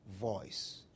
voice